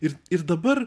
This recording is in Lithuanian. ir ir dabar